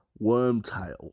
Wormtail